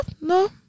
no